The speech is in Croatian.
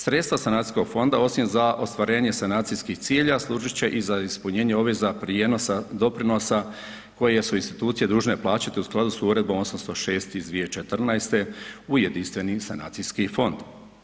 Sredstva sanacijskog fonda osim za ostvarenje sanacijskih ciljeva služit će i za ispunjenje obveza prijenosa doprinosa koje su institucije dužne plaćati u skladu s Uredbom 806 iz 2014. u jedinstveni sanacijski fond.